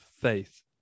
Faith